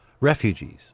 refugees